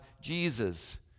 Jesus